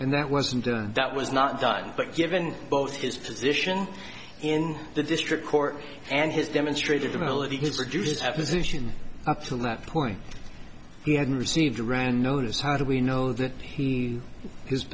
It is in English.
and that was and that was not done but given both his position in the district court and his demonstrated ability to produce have position up to that point he hadn't received around notice how do we know that he his